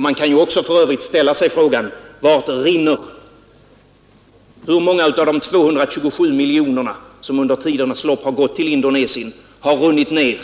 Man kan för övrigt fråga sig: Hur många av de 227 miljoner som under tidernas lopp har gått till Indonesien har runnit ned